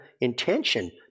intention